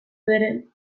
den